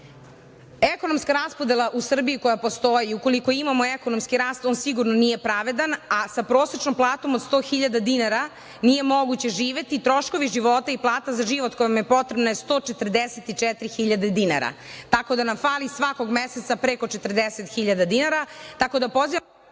Ekonomska raspodela u Srbiji koja postoji i ukoliko imamo ekonomski rast on sigurno nije pravedan, a sa porsečnom platom od 100 hiljada dinara, nije moguće živeti, troškovi života i plata za život koja vam je potreban je 144.000 dinara. Tako da nam fali svakog meseca preko 40.000 dinara….